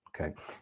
okay